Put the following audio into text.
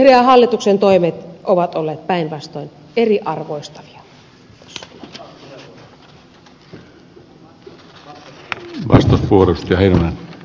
sinivihreän hallituksen toimet ovat olleet päinvastoin eriarvoistavia